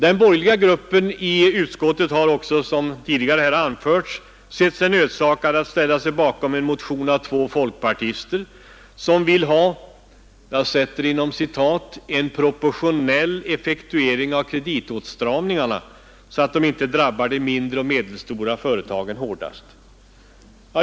Den borgerliga gruppen i utskottet har också som tidigare har anförts sett sig nödsakad att ställa sig bakom en motion av två folkpartister som vill ha en ”proportionell” effektuering av kreditåtstramningarna så att de inte drabbar de mindre och medelstora företagen hårdast.